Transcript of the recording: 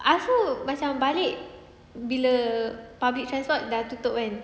I also macam balik bila public transport dah tutup kan